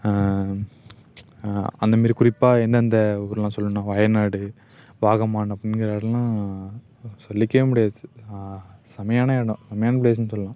அந்தமாதிரி குறிப்பாக எந்தந்த ஊர்லாம் சொல்லணும்னா வயநாடு வாகமான் அப்படிங்குற இடல்லாம் சொல்லிக்கவே முடியாது செம்மையான இடம் செம்மையான பிளேஸ்ன்னு சொல்லலாம்